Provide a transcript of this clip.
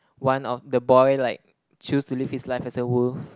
one of the boy like choose to live his life as a wolf